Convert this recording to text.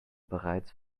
bereits